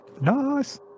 Nice